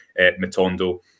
Matondo